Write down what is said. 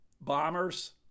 bombers